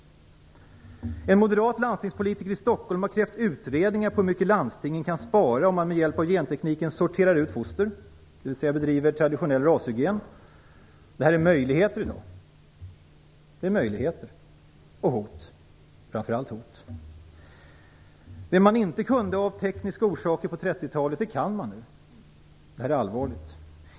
En moderat landstingspolitiker i Stockholm har krävt utredningar om hur mycket landstingen kan spara om man med hjälp av gentekniken sorterar ut foster, dvs. bedriver traditionell rashygien. Det här är möjligheter i dag och hot, framför allt hot. Det man av tekniska orsaker inte kunde på 30-talet, det kan man nu. Det här är allvarligt.